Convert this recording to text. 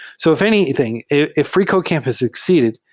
so if anything, if freecodecamp has succeeded,